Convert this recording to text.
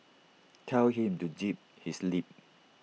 tell him to zip his lip